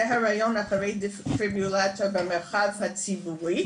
זה הרעיון אחרי דפיברילטור במרחב הציבורי.